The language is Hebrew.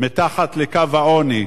מתחת לקו העוני.